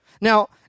Now